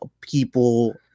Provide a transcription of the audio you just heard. people